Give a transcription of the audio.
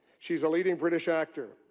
she's a leading british actor,